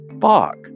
Fuck